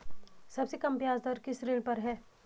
सबसे कम ब्याज दर किस ऋण पर है?